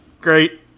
Great